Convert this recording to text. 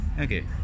okay